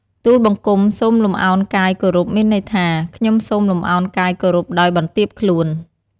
ទូលបង្គំសូមលំអោនកាយគោរព មានន័យថា "ខ្ញុំសូមលំអោនកាយគោរពដោយបន្ទាបខ្លួន"។